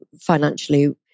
financially